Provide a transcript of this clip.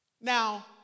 Now